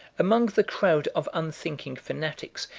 among the crowd of unthinking fanatics,